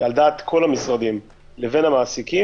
על דעת כל המשרדים, לבין המעסיקים,